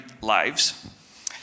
lives